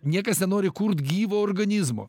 niekas nenori kurt gyvo organizmo